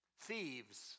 Thieves